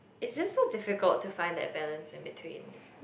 it's just so difficult to find that balance in between